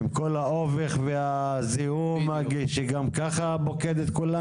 עם כל האובך והזיהום שגם כך פוקד אותנו?